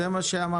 כן, זה מה שאמרתי.